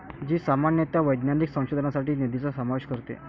जी सामान्यतः वैज्ञानिक संशोधनासाठी निधीचा समावेश करते